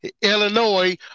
Illinois